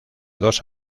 dos